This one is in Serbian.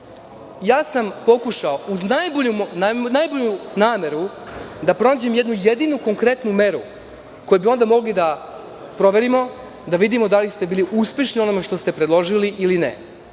sam, uz najbolju nameru da prođem jednu jedinu konkretnu meru koju bi onda mogli da proverimo, da vidimo da li ste bili uspešni u onome što ste predložili ili ne. Ovo